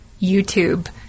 YouTube